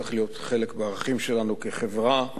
זה צריך להיות חלק בערכים שלנו כחברה.